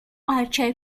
archer